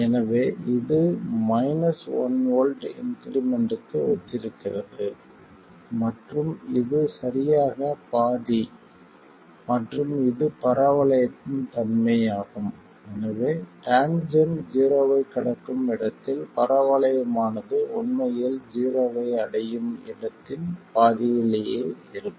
எனவே இது minus 1 volt இன்க்ரீமென்ட்க்கு ஒத்திருக்கிறது மற்றும் இது சரியாக பாதி மற்றும் இது பரவளையத்தின் தன்மை ஆகும் எனவே டேன்ஜென்ட் ஜீரோவைக் கடக்கும் இடத்தில் பரவளையமானது உண்மையில் ஜீரோவை அடையும் இடத்தின் பாதியிலேயே இருக்கும்